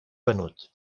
venut